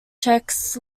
czechs